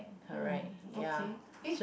ya okay ee